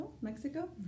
Mexico